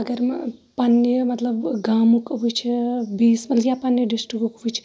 اَگَر بہٕ پَننہِ مَطلَب گامُک وٕچھٕ یا پَننہِ ڈِسٹرکُک وٕچھِ